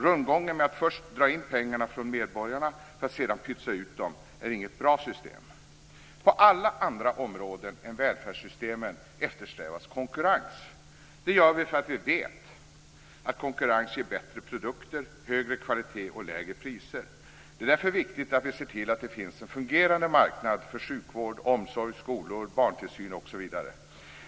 Rundgången med att först dra in pengarna från medborgarna för att sedan pytsa ut dem är inget bra system. På alla andra områden än välfärdssystemen eftersträvas konkurrens. Så sker därför att vi vet att konkurrens ger bättre produkter, högre kvalitet och lägre priser. Det är därför viktigt att vi ser till att det finns en fungerande marknad för sjukvård, omsorg, skolor, barntillsyn osv.